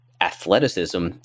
athleticism